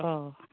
अ